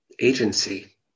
agency